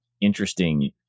interesting